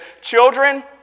children